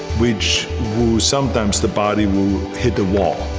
which sometimes the body will hit a wall.